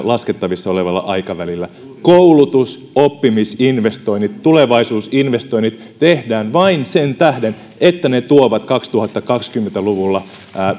laskettavissa olevalla aikavälillä koulutus oppimisinvestoinnit tulevaisuusinvestoinnit tehdään vain sen tähden että ne tuovat kaksituhattakaksikymmentä luvulla